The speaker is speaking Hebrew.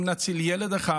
אם נציל ילד אחד